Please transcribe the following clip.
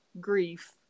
grief